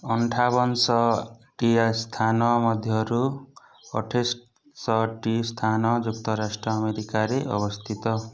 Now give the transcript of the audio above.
ଅଠାବନଶହଟି ସ୍ଥାନ ମଧ୍ୟରୁ ଅଠେଇଶଟି ସ୍ଥାନ ଯୁକ୍ତରାଷ୍ଟ୍ର ଆମେରିକାରେ ଅବସ୍ଥିତ